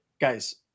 guys